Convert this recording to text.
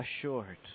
assured